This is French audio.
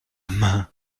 main